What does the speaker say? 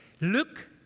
look